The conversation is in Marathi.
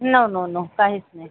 नो नो नो काहीच नाही